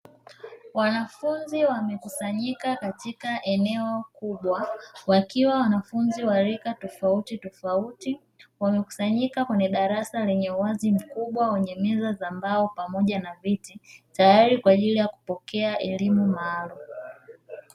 Wanafunzi wamekusanyika katika eneo kubwa wakiwa wanafunzi wa rika tofautitofauti, wamekusanyika kwenye darasa lenye uwazi mkubwa wenye meza za mbao pamoja na viti, tayari kwa ajili ya kupokea elimu maalumu.